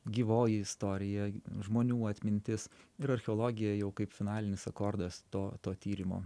gyvoji istorija žmonių atmintis ir archeologija jau kaip finalinis akordas to tyrimo